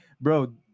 bro